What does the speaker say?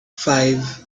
five